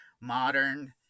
modern